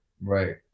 Right